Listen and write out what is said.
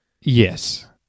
Yes